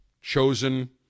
chosen